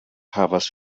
havas